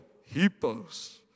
hippos